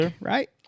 right